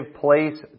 place